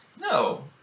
No